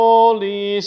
Holy